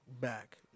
back